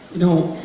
know,